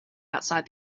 outside